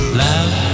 love